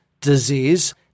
disease